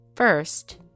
First